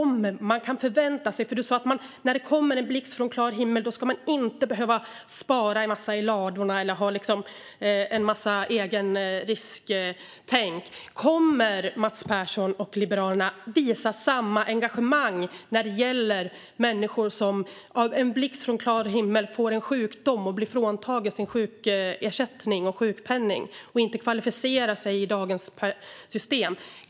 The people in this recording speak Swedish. Mats Persson sa att man inte ska behöva spara en massa i ladorna eller ha ett eget risktänkande för att det kan komma en blixt från klar himmel. Kommer Mats Persson och Liberalerna att visa samma engagemang när det gäller människor som likt en blixt från klar himmel får en sjukdom och blir fråntagna sin sjukersättning och sjukpenning och som inte kvalificerar sig i dagens system?